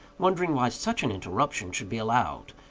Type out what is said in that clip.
wondering why such an interruption should be allowed,